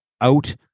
out